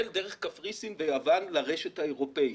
דרך קפריסין ויוון לרשת האירופאית.